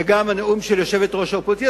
וגם הנאום של יושבת-ראש האופוזיציה,